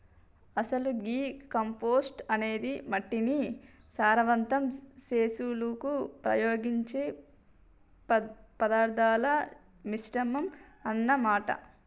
అసలు గీ కంపోస్టు అనేది మట్టిని సారవంతం సెసులుకు ఉపయోగించే పదార్థాల మిశ్రమం అన్న మాట